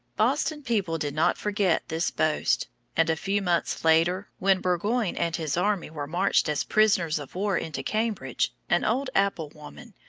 boston people did not forget this boast and a few months later, when burgoyne and his army were marched as prisoners of war into cambridge, an old apple-woman,